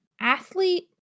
athlete